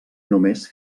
només